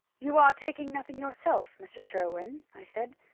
you are taking nothing yourself, mrs. sherwin, i said.